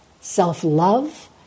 self-love